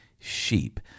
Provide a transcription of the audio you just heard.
sheep